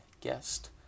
guest